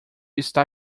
está